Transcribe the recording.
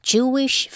Jewish